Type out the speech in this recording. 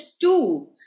two